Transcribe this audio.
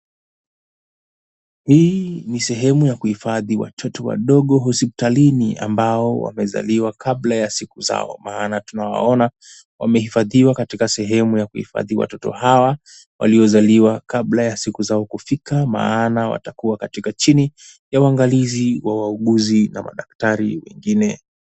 Hii ni sehemu ya kuhifadhi watoto wadogo hospitalini ambao wamezaliwa kabla ya siku zao. Maana tunawaona wamehifadhiwa katika sehemu ya kuhifadhi watoto hawa waliozaliwa kabla ya siku zao kufika maana watakuwa katika chini ya uangalizi wa wauguzi na madaktari wengine.